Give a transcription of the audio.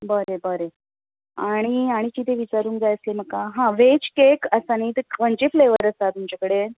बरें बरें आनी आनी कितें विचारुंक जाय आसलें म्हाका हां वॅज केक आसा न्हय ते खंयचे फेल्वर्स आसा तुमचे कडेन